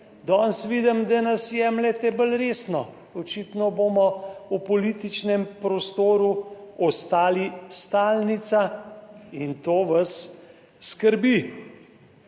Danes vidim, da nas jemljete bolj resno. Očitno bomo v političnem prostoru ostali stalnica in to vas skrbi.